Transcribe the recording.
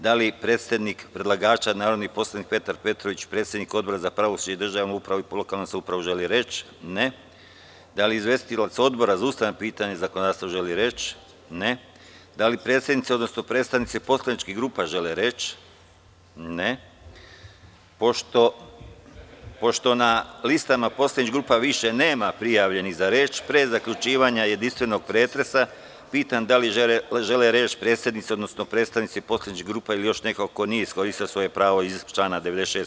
Da li predsednik predlagača, narodni poslanik Petar Petrović, predsednik Odbora za pravosuđe, državnu upravu i lokalnu samoupravu želi reč? (Ne) Da li izvestilac Odbora za ustavna pitanja i zakonodavstvo želi reč? (Ne) Da li predsednici odnosno predstavnici poslaničkih grupa žele reč? (Ne) Pošto na listama poslaničkih grupa više nema prijavljenih za reč, pre zaključivanja jedinstvenog pretresa pitam da li žele reč predsednici odnosno predstavnici poslaničkih grupa ili još neko ko nije iskoristio svoje pravo iz člana 96.